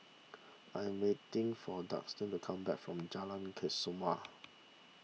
I am waiting for Daulton to come back from Jalan Kesoma